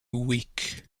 weak